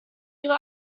ihre